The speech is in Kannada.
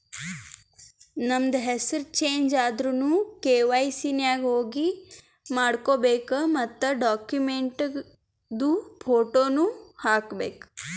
ನಮ್ದು ಹೆಸುರ್ ಚೇಂಜ್ ಆದುರ್ನು ಕೆ.ವೈ.ಸಿ ನಾಗ್ ಹೋಗಿ ಮಾಡ್ಕೋಬೇಕ್ ಮತ್ ಡಾಕ್ಯುಮೆಂಟ್ದು ಫೋಟೋನು ಹಾಕಬೇಕ್